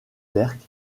berck